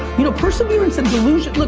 you know perseverance and delusion,